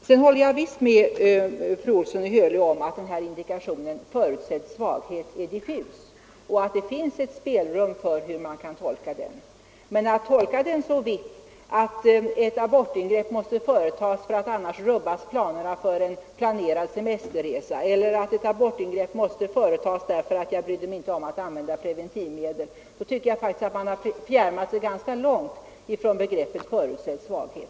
Jag håller med fru Olsson i Hölö om att indikationen ”förutsedd svaghet” är diffus och att det finns stort spelrum för tolkningar av den. Men när man tolkar den så vitt att man anser att ett abortingrepp måste företas för att planerna för en semesterresa annars rubbas eller för att man inte brydde sig om att använda preventivmedel tycker jag faktiskt att man har fjärmat sig ganska långt från begreppet ”förutsedd svaghet”.